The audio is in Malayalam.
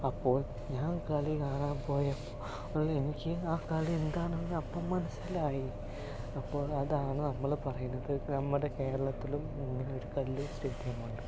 അപ്പോൾ ഞാൻ കളി കാണാൻ പോയപ്പോൾ എനിക്ക് ആ കളി എന്താണെന്ന് അപ്പോൾ മനസ്സിലായി അപ്പോൾ അതാണ് നമ്മള് പറയണത് നമ്മടെ കേരളത്തിലും ഇങ്ങനെ ഒരു കല്ലൂർ സ്റ്റേഡിയം ഉണ്ട്